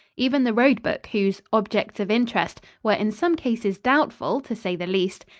even the road-book, whose objects of interest were in some cases doubtful, to say the least,